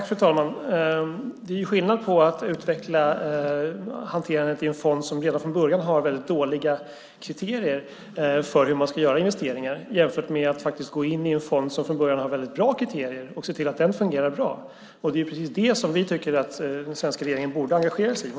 Fru talman! Det är skillnad på att utveckla hanterandet i en fond som redan från början har väldigt dåliga kriterier för hur man ska göra investeringar, jämfört med att faktiskt gå in i en fond som från början har väldigt bra kriterier och se till att den fungerar bra. Det är precis det vi tycker att den svenska regeringen borde engagera sig i.